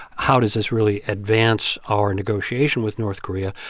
how does this really advance our negotiation with north korea?